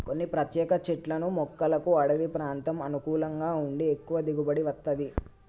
కొన్ని ప్రత్యేక చెట్లను మొక్కలకు అడివి ప్రాంతం అనుకూలంగా ఉండి ఎక్కువ దిగుబడి వత్తది